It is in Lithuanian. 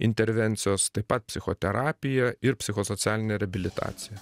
intervencijos taip pat psichoterapija ir psichosocialinė reabilitacija